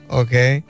okay